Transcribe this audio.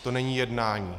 To není jednání.